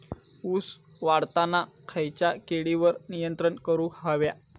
ऊस वाढताना खयच्या किडींवर नियंत्रण करुक व्हया?